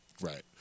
Right